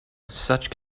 such